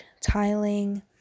tiling